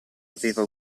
aveva